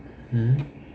mm